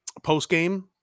postgame